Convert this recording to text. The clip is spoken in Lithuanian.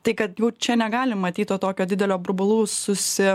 tai kad jau čia negalim matyt tokio didelio burbulų susi